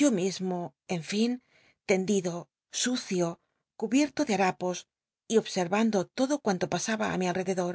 yo mismo en fin tend ido sucio cubierto de harapos y obseryando lodo cuanto pasaba ü mi alrededor